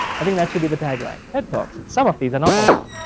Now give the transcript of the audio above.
i think that should be the tagline. tedtalks, some of these are not awful!